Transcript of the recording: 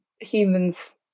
humans